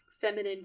feminine